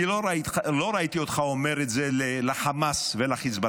אני לא ראיתי אותך אומר את זה לחמאס ולחיזבאללה,